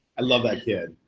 i love that kid.